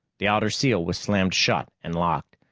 the outer seal was slammed shut and locked,